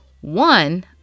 One